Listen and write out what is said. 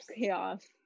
chaos